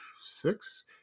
six